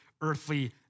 earthly